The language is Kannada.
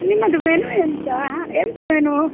ನಿಮ್ಮದು ಮೆನು ಎಂತಾ ಎಂತ ಮೆನು